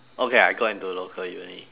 okay I got into a local uni